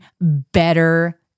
better